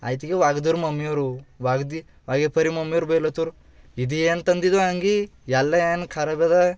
ಆಯ್ತ್ ಕಿ ಒಗ್ದರು ಮಮ್ಮಿಯವರು ಒಗ್ದು ಒಗೆಪರಿ ಮಮ್ಮಿಯವ್ರು ಬೈಲತ್ತರು ಇದು ಎಂತಂದಿದು ಅಂಗಿ ಎಲ್ಲ ಏನು ಖರಾಬದ